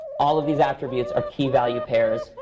all of these attributes are key-value pairs.